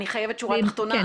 אני חייבת שורה תחתונה,